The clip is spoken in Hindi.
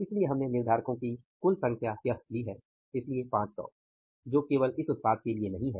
इसलिए हमने निर्धारको की कुल संख्या यह ली है इसलिए 500 केवल इस उत्पाद के लिए नहीं हैं